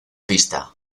pista